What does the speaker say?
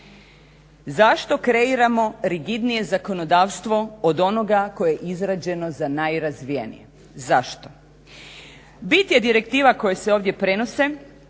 Zašto kreiramo rigidnije zakonodavstvo od onoga koje je izrađeno za najrazvijenije? Zašto? Bit je direktiva koje se ovdje prenose